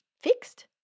fixed